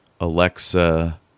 Alexa